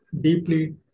deeply